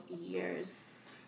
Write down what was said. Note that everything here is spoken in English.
years